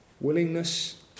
willingness